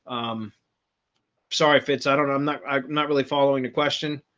i'm sorry if it's i don't i'm not i'm not really following the question.